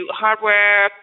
hardware